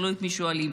תלוי את מי שואלים.